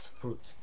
fruit